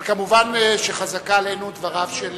אבל כמובן, חזקים עלינו דבריו של